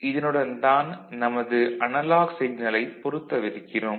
இதனுடன் தான் நமது அனலாக் சிக்னலைப் பொருத்தவிருக்கிறோம்